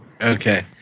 Okay